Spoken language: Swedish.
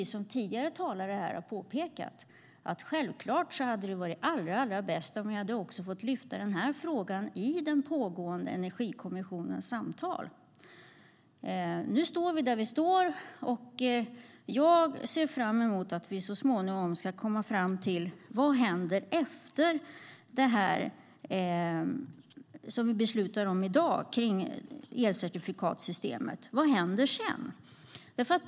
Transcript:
Som tidigare talare påpekat hade det självklart varit allra bäst om vi fått lyfta den här frågan i Energikommissionens pågående samtal. Nu står vi där vi står, men jag ser fram emot att vi så småningom ska komma fram till vad som händer efter det som vi beslutar om i dag kring elcertifikatssystemet.